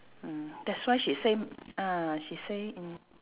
mm that's why she say ah she say mm